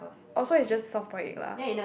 oh so is just soft boiled egg lah